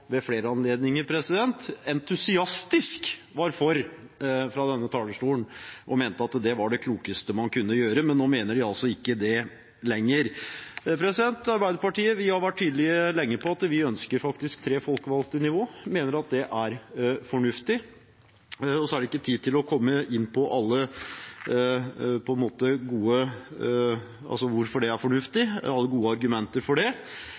ved flere anledninger entusiastisk var for fra denne talerstolen og mente var det klokeste man kunne gjøre. Men nå mener de altså ikke det lenger. Vi i Arbeiderpartiet har lenge vært tydelig på at vi ønsker tre folkevalgte nivå. Vi mener det er fornuftig. Så er det ikke tid til å komme inn på alle gode argumenter for hvorfor det er fornuftig, men vi mener det